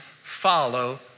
follow